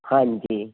ਹਾਂਜੀ